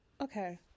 Okay